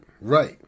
right